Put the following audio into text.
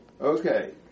Okay